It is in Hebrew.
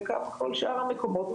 וכך כל שאר המקומות,